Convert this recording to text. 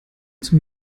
zum